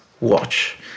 watch